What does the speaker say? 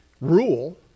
rule